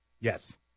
Yes